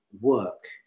work